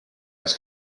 its